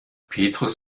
petrus